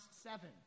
seven